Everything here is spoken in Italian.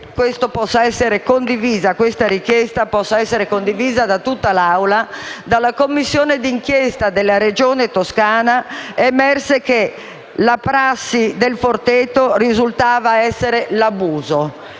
siffatta richiesta possa essere condivisa da tutta l'Assemblea. Dalla Commissione di inchiesta della Regione Toscana emerse che la prassi della comunità Il Forteto risultava essere l'abuso.